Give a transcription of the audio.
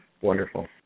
Wonderful